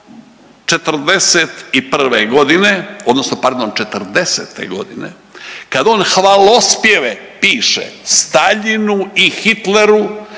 '41. godine, odnosno pardon '40. godine kad on hvalospjeve piše Staljinu i Hitleru